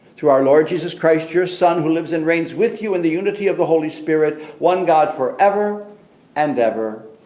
through our lord jesus christ, your son, who lives and reigns with you in the unity of the holy spirit one god forever and ever,